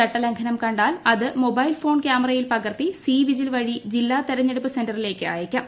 ചട്ട ലംഘനം കണ്ടാൽ അതു മൊബൈൽ ഫോൺ ക്യാമറയിൽ പകർത്തി സി വിജിൽ വഴി ജില്ലാ തിരഞ്ഞെടുപ്പു സെന്ററിലേക്ക് അയയ്ക്കാം